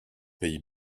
pays